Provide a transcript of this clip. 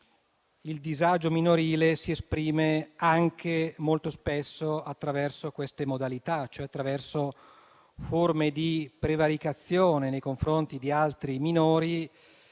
il disagio minorile si esprime anche molto spesso attraverso queste modalità, cioè attraverso forme di prevaricazione nei confronti di altri minori,